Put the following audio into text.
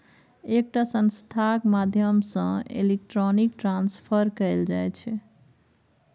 एकटा संस्थाक माध्यमसँ इलेक्ट्रॉनिक ट्रांसफर कएल जाइ छै